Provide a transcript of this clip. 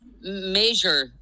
major